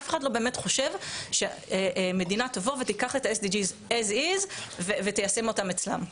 אף אחד לא חושב שמדינה תבוא ותיקח את ה-SDG כמו שהם ותיישם אותם אצלה.